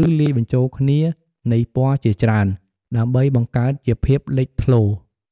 ឬលាយបញ្ចូលគ្នានៃពណ៌ជាច្រើន ដើម្បីបង្កើតជាភាពលេចធ្លោ។